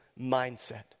mindset